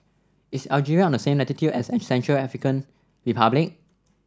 is Algeria on the same latitude as Central African Republic